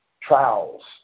trials